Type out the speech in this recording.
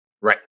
Right